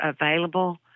available